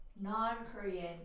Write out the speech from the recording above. non-Korean